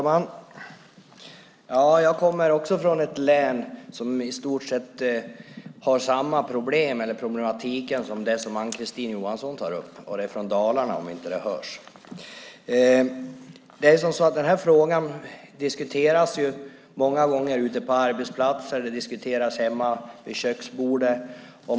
Herr talman! Jag kommer också från ett län som i stort sett har samma problematik som Ann-Kristine Johansson tar upp. Jag är från Dalarna, om det inte hörs. Denna fråga diskuteras många gånger ute på arbetsplatser och hemma vid köksbordet.